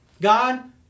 God